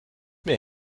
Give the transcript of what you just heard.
mir